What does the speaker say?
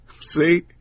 see